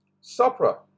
supra